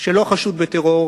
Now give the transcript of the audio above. שלא חשוד בטרור,